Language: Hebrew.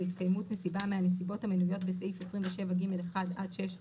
התקיימות נסיבה מהנסיבות המנויות בסעיף 27(ג)(1) עד (6)